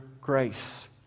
grace